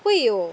会有